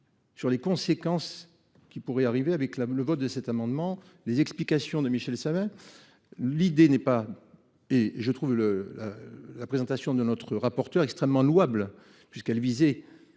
Sur les conséquences qui pourraient arriver avec la le vote de cet amendement. Les explications de Michel Savin. L'idée n'est pas et je trouve le. La présentation de notre rapporteur extrêmement louable puisqu'elle visait